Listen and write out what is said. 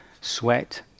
sweat